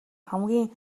хамгийн